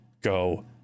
go